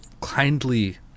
kindly